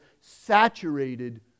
saturated